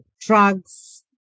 drugs